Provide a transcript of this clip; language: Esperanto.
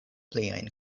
pliajn